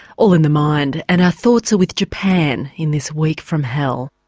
all in the mind and our thoughts are with japan in this week from hell.